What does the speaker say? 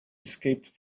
escaped